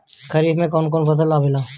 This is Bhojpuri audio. खरीफ में कौन कौन फसल आवेला?